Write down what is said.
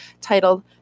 titled